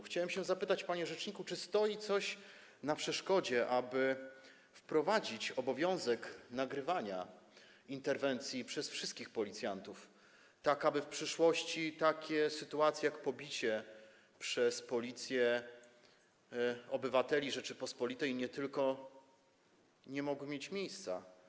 Chciałem zapytać, panie rzeczniku, czy coś stoi na przeszkodzie, aby wprowadzić obowiązek nagrywania interwencji przez wszystkich policjantów, tak aby w przyszłości takie sytuacje jak pobicie przez policję obywateli Rzeczypospolitej nie tylko nie mogły mieć miejsca.